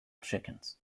chickens